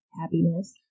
happiness